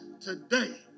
today